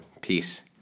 Peace